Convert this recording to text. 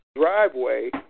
driveway